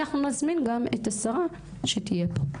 הם יבואו להציג לנו מה יהיה המתווה ואנחנו נזמין גם את השרה שתהיה פה.